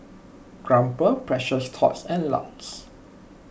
Crumpler Precious Thots and Lux